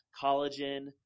collagen